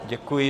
Děkuji.